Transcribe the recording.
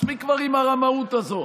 מספיק כבר עם הרמאות הזאת.